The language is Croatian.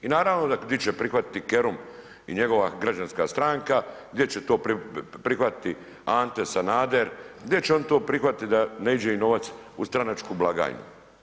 I naravno gdje će prihvatiti Kerum i njegova građanska stranka, gdje će to prihvatiti Ante Sanader, gdje će oni to prihvatiti da ne ide im novac u stranačku blagajnu.